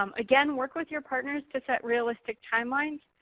um again, work with your partners to set realistic timelines.